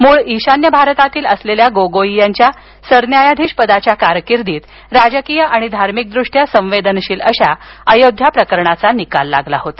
मूळ ईशान्य भारतातील असलेल्या गोगोई यांच्या सरन्यायाधीश पदाच्या कारकिर्दीत राजकीय आणि धार्मिक दृष्ट्या संवेदनशील अशा अयोध्या प्रकरणाचा निकाल लागला होता